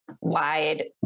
wide